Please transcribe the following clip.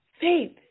Faith